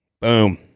Boom